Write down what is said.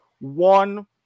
one